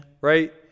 Right